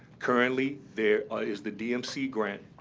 currently, there is the dmc grant,